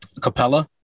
Capella